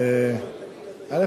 א.